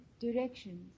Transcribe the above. directions